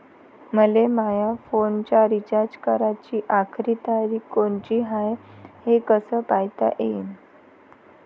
मले माया फोनचा रिचार्ज कराची आखरी तारीख कोनची हाय, हे कस पायता येईन?